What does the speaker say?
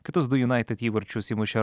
kitus du unaited įvarčius įmušė